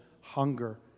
hunger